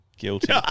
guilty